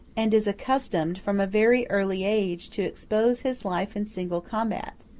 and is accustomed from a very early age to expose his life in single combat.